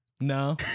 No